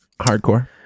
hardcore